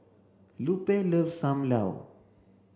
Lupe loves Sam Lau